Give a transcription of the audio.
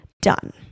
done